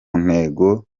ntego